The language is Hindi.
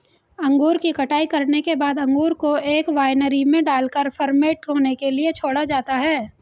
अंगूर की कटाई करने के बाद अंगूर को एक वायनरी में डालकर फर्मेंट होने के लिए छोड़ा जाता है